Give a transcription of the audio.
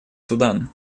судан